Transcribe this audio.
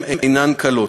אינן קלות,